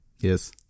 Yes